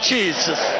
Jesus